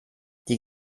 die